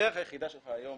הדרך היחידה שלך היום